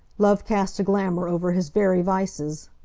love cast a glamour over his very vices.